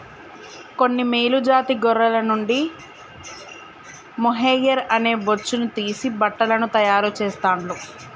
కొన్ని మేలు జాతి గొర్రెల నుండి మొహైయిర్ అనే బొచ్చును తీసి బట్టలను తాయారు చెస్తాండ్లు